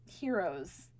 heroes